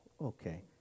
Okay